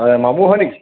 হয় মামু হয়নে